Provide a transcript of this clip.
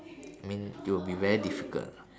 I mean it would be very difficult lah